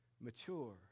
Mature